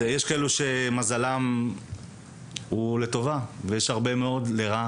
יש כאלו שמזלם הוא לטובה ויש כאלו שלא.